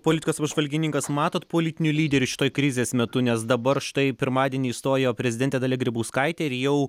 politikos apžvalgininkas matot politinių lyderių šitoj krizės metu nes dabar štai pirmadienį išstojo prezidentė dalia grybauskaitė ir jau